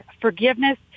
forgiveness